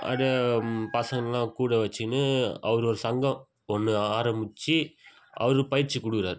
அப்படியே பசங்கள்லாம் கூட வெச்சுக்கின்னு அவர் ஒரு சங்கம் ஒன்று ஆரம்பித்து அவர் பயிற்சி கொடுக்குறாரு